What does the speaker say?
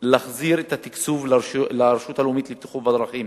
להחזיר את התקציב לרשות הלאומית לבטיחות בדרכים.